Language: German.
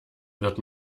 wird